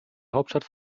hauptstadt